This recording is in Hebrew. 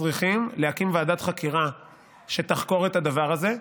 צריכים להקים ועדת חקירה שתחקור את הדבר הזה.